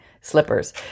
slippers